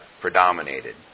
predominated